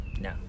No